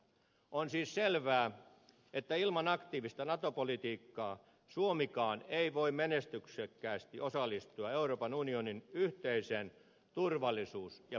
on siis selvää että ilman aktiivista nato politiikkaa suomikaan ei voi menestyksekkäästi osallistua euroopan unionin yhteiseen turvallisuus ja puolustuspolitiikkaan